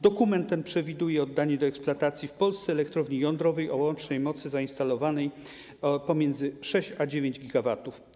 Dokument ten przewiduje oddanie do eksploatacji w Polsce elektrowni jądrowej o łącznej mocy zainstalowanej pomiędzy 6 a 9 GW.